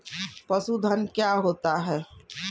पशुधन क्या होता है?